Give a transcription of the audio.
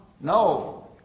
No